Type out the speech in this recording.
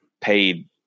paid